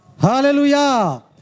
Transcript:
Hallelujah